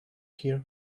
here